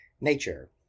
nature